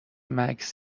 مکث